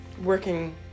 working